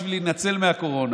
שבירך את